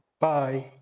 Bye